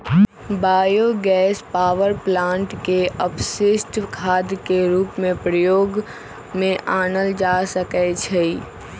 bio gas power plant के अपशिष्ट खाद के रूप में प्रयोग में आनल जा सकै छइ